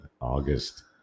august